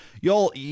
y'all